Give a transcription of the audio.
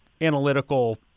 analytical